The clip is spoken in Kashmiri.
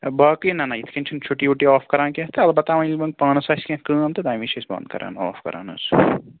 یا باقی نہ نہ یِتھ کٔنۍ چھُنہٕ چھُٹی وُٹی آف کَران کینٛہہ تہٕ البتہ وۄنۍ ییٚلہِ یِمَن پانَس آسہِ کینٛہہ کٲم تہٕ تمہ وِزِ چھِ أسۍ بند کران آف کَران حظ